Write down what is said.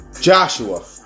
Joshua